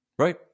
Right